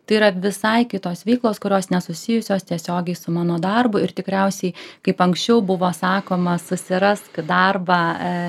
tai yra visai kitos veiklos kurios nesusijusios tiesiogiai su mano darbu ir tikriausiai kaip anksčiau buvo sakoma susirask darbą